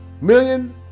million